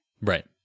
Right